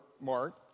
Mark